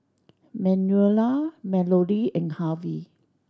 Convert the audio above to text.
Manuela Melodee and Harvey